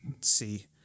see